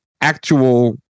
actual